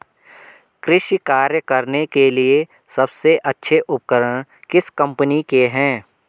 कृषि कार्य करने के लिए सबसे अच्छे उपकरण किस कंपनी के हैं?